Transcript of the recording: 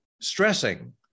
stressing